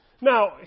Now